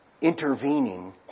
intervening